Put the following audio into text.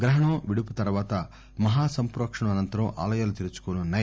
గ్రహణం విడుపు తర్పాత మహాసంప్రోకణం అనంతరం ఆలయాలు తెరుచుకోనున్నాయి